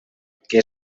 que